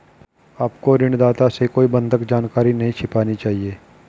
आपको ऋणदाता से कोई बंधक जानकारी नहीं छिपानी चाहिए